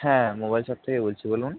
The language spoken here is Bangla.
হ্যাঁ মোবাইল শপ থেকে বলছি বলুন